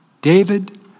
David